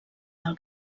del